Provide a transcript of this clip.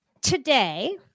today